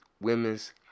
women's